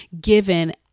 given